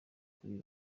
kuri